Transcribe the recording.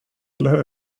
eller